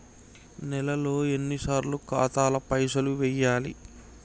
నెలలో ఎన్నిసార్లు ఖాతాల పైసలు వెయ్యాలి?